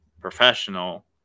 professional